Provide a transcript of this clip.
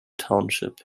township